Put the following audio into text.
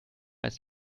als